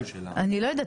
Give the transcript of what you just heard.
אני לא יודעת.